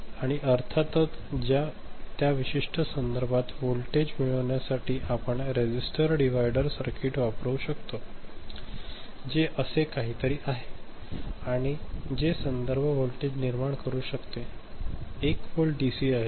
आणि अर्थातच त्या विशिष्ट संदर्भात व्होल्टेज मिळविण्यासाठी आपण रेझिस्टर डिवायडर सर्किट वापरू शकतो जे असे काहीतरी आहे आणि जे संदर्भ व्होल्टेज निर्माण करू शकते 1 व्होल्ट डीसी आहे